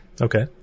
Okay